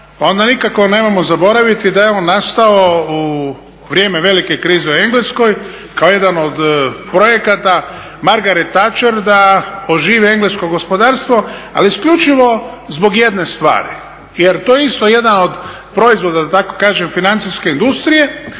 onda nikako nemojmo zaboraviti da je on nastao u vrijeme velike krize u Engleskoj kao jedan od projekata Margaret Tacher da oživi englesko gospodarstvo, ali isključivo zbog jedne stvari jer to je isto jedan od proizvoda, da tako kažem, financijske industrije,